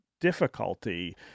difficulty